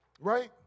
right